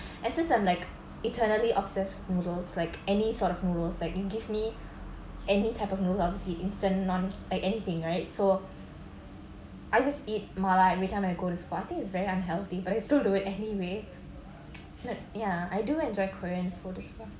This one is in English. and since I'm like eternally obsessed with noodles like any sort of noodles that you give me any type of noodles I'll just eat instant non like anything right so I just eat mala every time I go to school I think it's very unhealthy but I still do it anyway ya I do enjoy korean food as well